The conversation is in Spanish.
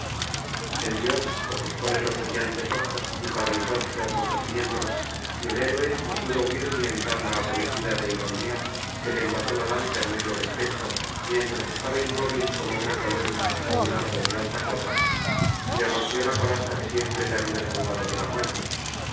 el dios ofuscóle los brillantes ojos y paralizó sus hermosos miembros y el héroe no pudo huir ni evitar la acometida de idomeneo que le envasó la lanza en medio del pecho mientras estaba inmóvil como una columna ó un árbol de alta copa y le rompió la coraza que siempre le había salvado de la muerte